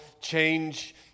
change